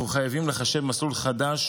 אנחנו חייבים לחשב מסלול מחדש